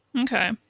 Okay